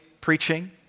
preaching